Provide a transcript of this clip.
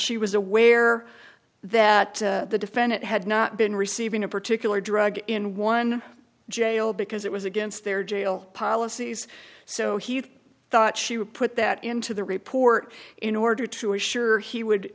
she was aware that the defendant had not been receiving a particular drug in one jail because it was against their jail policies so he thought she would put that into the report in order to assure he would